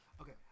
Okay